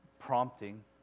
prompting